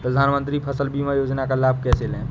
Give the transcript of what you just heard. प्रधानमंत्री फसल बीमा योजना का लाभ कैसे लें?